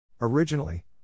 Originally